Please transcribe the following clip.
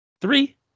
Three